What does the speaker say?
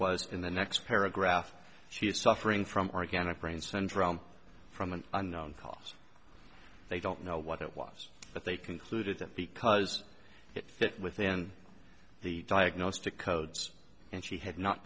was in the next paragraph she is suffering from organic brain syndrome from an unknown cause they don't know what it was but they concluded that because it fit within the diagnostic codes and she had not